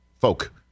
folk